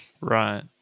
right